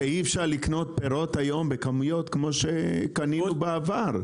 שאי אפשר לקנות פירות היום בכמויות כמו שקנינו בעבר.